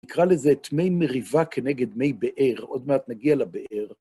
נקרא לזה דמי מריבה כנגד מי באר, עוד מעט נגיע לבאר.